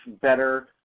better